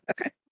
okay